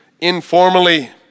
informally